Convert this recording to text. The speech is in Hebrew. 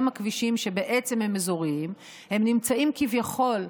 הם הכבישים שבעצם הם אזוריים, הם נמצאים כביכול,